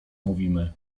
mówimy